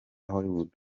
hollywood